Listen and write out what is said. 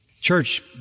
Church